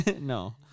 No